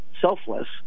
selfless